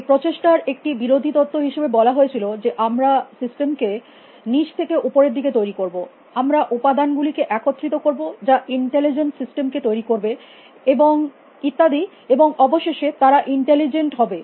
এই প্রচেষ্টার একটি বিরোধী তথ্য হিসাবে বলা হয়েছিল যে আমরা সিস্টেমকে নিচ থেকে উপরের দিকে তৈরী করব আমরা উপাদান গুলিকে একত্রিত করব যা ইন্টেলিজেন্ট সিস্টেম কে তৈরী করবে ইত্যাদি এবং অবশেষে তারা ইন্টেলিজেন্ট হবে